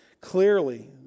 Clearly